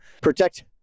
Protect